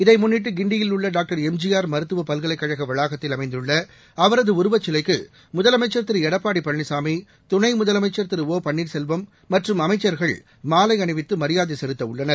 இதை முன்னிட்டு கிண்டியில் உள்ள பாக்டர் எம் ஜி ஆர் மருத்துவப் பல்கலைக்கழக வளாகத்தில் அமைந்துள்ள அவரது உருவச்சிலைக்கு முதலமைச்சர் திரு எடப்பாடி பழனிசாமி துணை முதலமைச்சர் திரு ஒ பன்னீர்செல்வம் மற்றும் அமைச்சர்கள் மாலை அணிவித்து மரியாதை செலுத்த உள்ளனர்